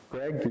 Greg